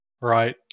right